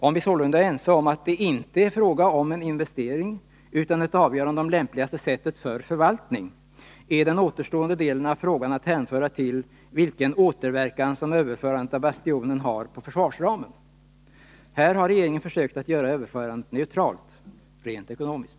Om vi sålunda är ense om att det inte är fråga om en investering utan om ett avgörande om lämpligaste sättet för förvaltning är den återstående delen av frågan att hänföra till vilken påverkan som överförandet av Bastionen har på försvarsramen. Här har regeringen försökt att göra överförandet neutralt, rent ekonomiskt.